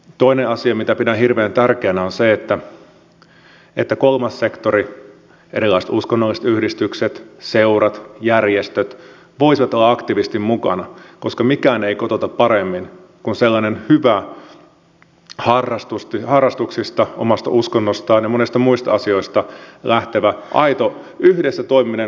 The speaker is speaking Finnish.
toinen asia mitä pidän hirveän tärkeänä on se että kolmas sektori erilaiset uskonnolliset yhdistykset seurat järjestöt voisivat olla aktiivisesti mukana koska mikään ei kotouta paremmin kuin sellainen hyvä harrastuksista omasta uskonnostaan ja monista muista asioista lähtevä aito yhdessä toimiminen myös kantaväestön kanssa